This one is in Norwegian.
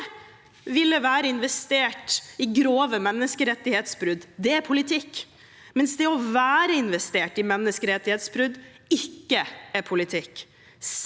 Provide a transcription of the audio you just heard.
ville være investert i grove menneskerettighetsbrudd er politikk, mens det å være investert i menneskerettighetsbrudd ikke er politikk.